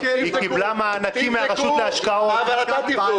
הוא קיבל מענקים מהרשות להשקעות, הוא קיבל